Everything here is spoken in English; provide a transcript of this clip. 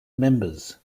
members